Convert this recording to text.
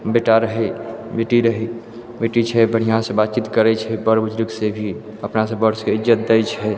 बेटा रहै बेटी रहै बेटी छै बढिऑं सऽ बातचीत करै छै बर बुजुर्ग से भी अपना से बड़ सबके इज्जत दै छै